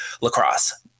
lacrosse